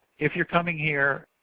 if youire coming here